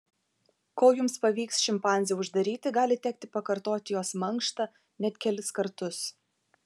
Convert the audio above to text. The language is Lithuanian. kol jums pavyks šimpanzę uždaryti gali tekti pakartoti jos mankštą net kelis kartus